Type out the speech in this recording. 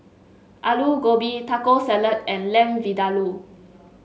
Alu Gobi Taco Salad and Lamb Vindaloo